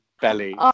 belly